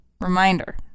Reminder